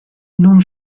non